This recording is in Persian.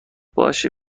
باشه